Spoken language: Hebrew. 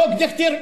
חוק דיכטר,